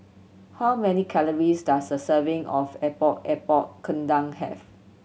how many calories does a serving of Epok Epok Kentang have